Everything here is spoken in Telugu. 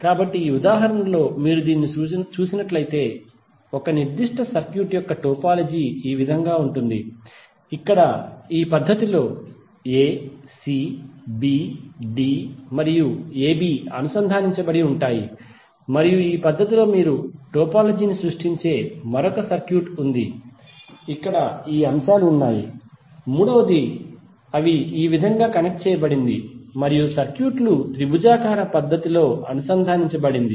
కాబట్టి ఈ ఉదాహరణలో మీరు దీనిని చూసినట్లయితే ఒక నిర్దిష్ట సర్క్యూట్ యొక్క టోపోలాజీ ఈ విధంగా ఉంటుంది ఇక్కడ ఈ పద్ధతిలో a c b d మరియు ab అనుసంధానించబడి ఉంటాయి మరియు ఈ పద్ధతిలో మీరు టోపోలాజీ ని సృష్టించే మరొక సర్క్యూట్ ఉంది ఇక్కడ ఈ అంశాలు ఉన్నాయి మూడవది అవి ఈ విధంగా కనెక్ట్ చేయబడింది మరియు సర్క్యూట్లు త్రిభుజాకార పద్ధతిలో అనుసంధానించబడింది